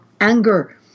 anger